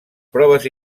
proves